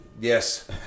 Yes